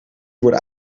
worden